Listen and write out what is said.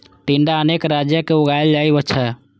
टिंडा अनेक राज्य मे उगाएल जाइ छै